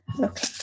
Okay